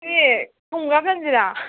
ꯁꯤ ꯊꯨꯝ ꯈꯔ ꯍꯥꯞꯆꯤꯟꯁꯤꯔꯥ